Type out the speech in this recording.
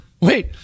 Wait